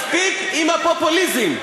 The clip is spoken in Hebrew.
מספיק עם הפופוליזם.